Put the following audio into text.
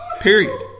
Period